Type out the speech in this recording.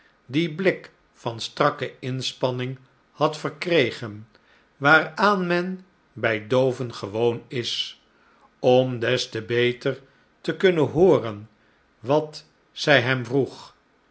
dien blik van strakke inspanning had verkregen waaraan men bij dooven gewoon is om des te beter te kunnen hooren wat zij hem vroeg